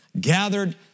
gathered